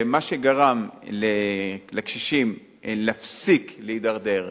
מה שגרם לקשישים להפסיק להידרדר,